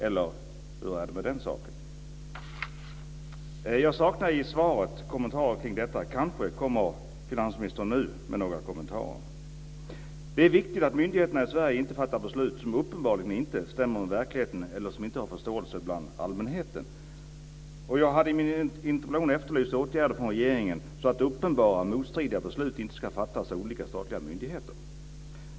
Eller hur är det med den saken? Jag saknar i svaret kommentarer kring detta. Kanske kommer finansministern nu med några kommentarer. Det är viktigt att myndigheterna i Sverige inte fattar beslut som uppenbarligen inte stämmer med verkligheten eller som allmänheten inte har förståelse för. Jag hade i min interpellation efterlyst åtgärder från regeringen, så att uppenbara och motstridiga beslut inte ska fattas av olika statliga myndigheter.